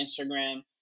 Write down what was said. Instagram